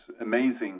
amazing